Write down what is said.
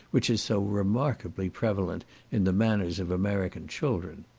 which is so remarkably prevalent in the manners of american children.